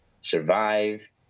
survive